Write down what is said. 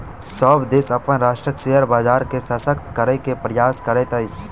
सभ देश अपन राष्ट्रक शेयर बजार के शशक्त करै के प्रयास करैत अछि